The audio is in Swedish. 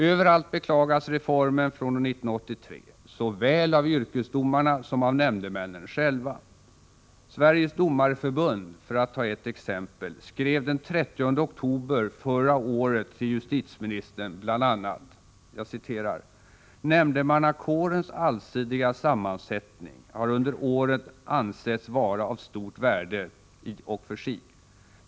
Överallt beklagas reformen från år 1983, såväl av yrkesdomarna som av nämndemännen själva. Sveriges domareförbund — för att ta ett exempel — skrev den 30 oktober förra året till justitieministern bl.a.: ”Nämndemannakårens allsidiga sammansättning har under åren ansetts vara av stort värde i och för sig.